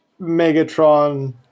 Megatron